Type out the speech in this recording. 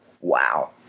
wow